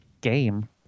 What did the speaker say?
game